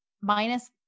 minus